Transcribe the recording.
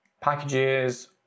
packages